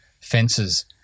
fences